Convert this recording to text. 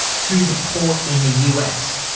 to the port in the us.